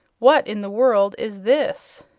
what in the world is this?